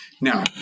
now